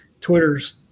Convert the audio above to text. Twitter's